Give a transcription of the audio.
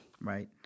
Right